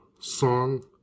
song